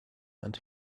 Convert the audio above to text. and